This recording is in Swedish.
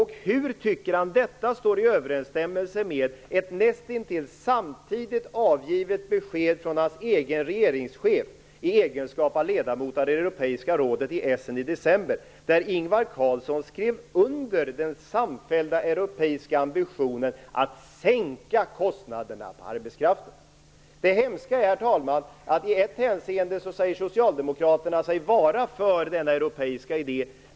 Hur tycker han detta står i överensstämmelse med ett näst intill samtidigt avgivet besked från hans egen regeringschef i egenskap av ledamot av det europeiska rådet i Essen i december då Ingvar Carlsson skrev under den samfällda europeiska ambitionen att sänka kostnaderna för arbetskrafterna? Herr talman! Det hemska är att i ett hänseende säger sig socialdemokraterna vara för denna europeiska idé.